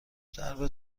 درب